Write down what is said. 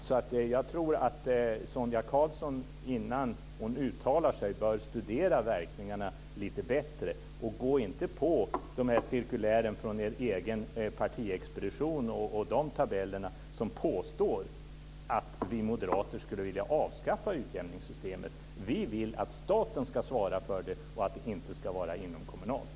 Innan Sonia Karlsson uttalar sig bör hon nog studera verkningarna lite bättre. Gå inte på det som sägs i cirkulären från er egen partiexpedition och de tabeller som påstår att vi moderater skulle vilja avskaffa utjämningssystemet! Vi vill att staten ska svara för det, alltså att det inte ska vara inomkommunalt.